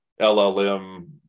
LLM